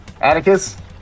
Atticus